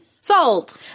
Salt